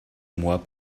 moi